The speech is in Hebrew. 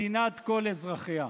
מדינת כל אזרחיה.